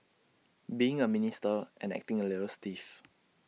being A minister and acting A little stiff